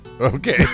Okay